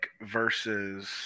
versus